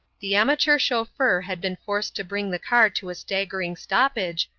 the amateur chauffeur had been forced to bring the car to a staggering stoppage,